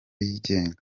yigenga